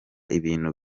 ibintu